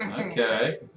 Okay